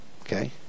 Okay